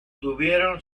tuvieron